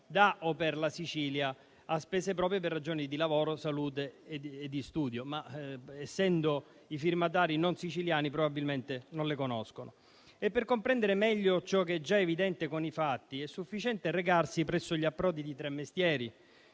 da o per la Sicilia a spese proprie, per ragioni di lavoro, salute e di studio, ma essendo i firmatari non siciliani probabilmente non lo sanno. Per comprendere meglio ciò che è già evidente con i fatti, è sufficiente recarsi presso gli approdi di Tremestieri,